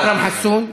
אכרם חסון?